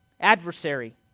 adversary